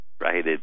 right